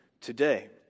today